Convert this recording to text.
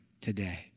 today